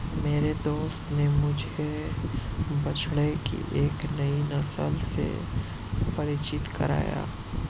मेरे दोस्त ने मुझे बछड़े की एक नई नस्ल से परिचित कराया